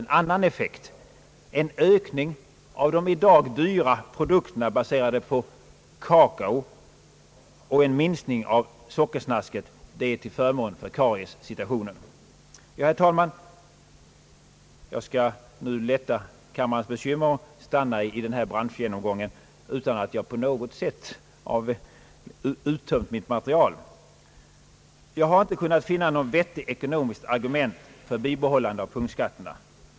En ökning av de i dag dyra produkterna baserade på kakao och en minskning av sockersnasket är till förmån för kariessituationen. Herr talman! Jag skall nu lätta kammarens bekymmer och stanna här i branschgenomgången utan att på något sätt ha uttömt mitt material. Jag har inte kunnat finna något vettigt ekonomiskt argument för bibehållande av punktskatterna.